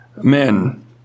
men